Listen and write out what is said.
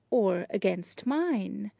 or against mine?